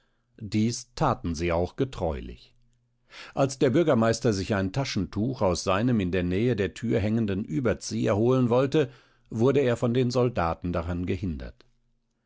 dies taten sie auch getreulich als der bürgermeister sich ein taschentuch aus seinem in der nähe der tür hängenden überzieher holen wollte wurde er von den soldaten daran gehindert